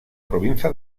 provincia